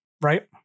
Right